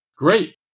Great